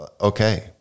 okay